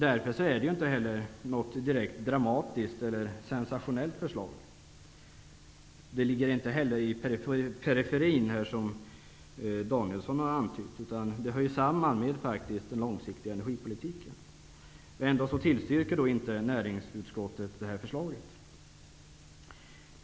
Därför är det inte något direkt dramatiskt eller sensationellt förslag. Det ligger inte heller i periferin, som Bengt Danielsson antydde. Förslaget hör samman med den långsiktiga energipolitiken. Ändå tillstyrker inte näringsutskottet vårt förslag.